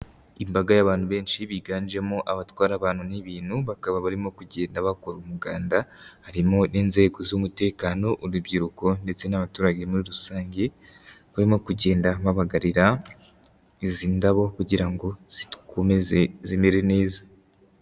Imbaga y'abantu benshi biganjemo abatwara abantu n'ibintu, bakaba barimo kugenda bakora umuganda, harimo n'inzego z'umutekano, urubyiruko, ndetse n'abaturage muri rusange, bakaba barimo kugenda babagarira izi ndabo kugira ngo zikomeze zimere neza.